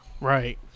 Right